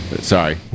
Sorry